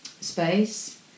space